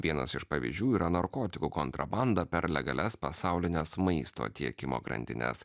vienas iš pavyzdžių yra narkotikų kontrabanda per legalias pasaulines maisto tiekimo grandines